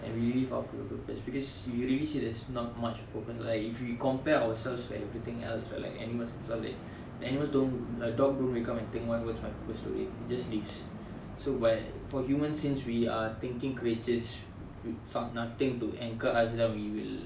and we live up to the purpose because if you already see there's not much purpose like if you compare ourselves to everything else right like animals and stuff like the animals uh dog don't wake up and think what's my purpose today it just lives so for human since we are thinking creatures with nothing to anchor us down we will